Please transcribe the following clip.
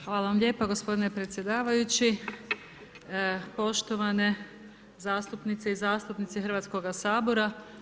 Hvala vam lijepa gospodine predsjedavajući, poštovane zastupnice i zastupnici Hrvatskoga sabora.